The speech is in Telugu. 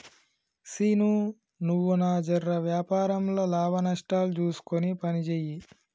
సీనూ, నువ్వన్నా జెర వ్యాపారంల లాభనష్టాలు జూస్కొని పనిజేయి